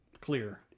Clear